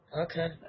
Okay